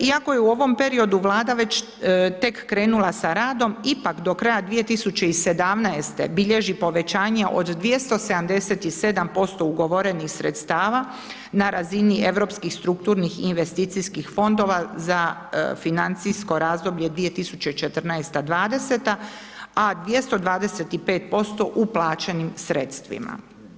Iako je u ovom periodu Vlada tek krenula sa radom, ipak do kraja 2017. bilježi povećanje od 277% ugovorenih sredstava na razini europskih strukturnih i investicijskih fondova za financijsko razdoblje 2014-2020. a 225% uplaćenim sredstvima.